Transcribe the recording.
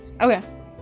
Okay